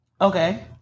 Okay